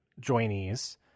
joinees